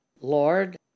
Lord